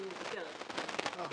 אני מוותרת.